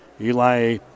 Eli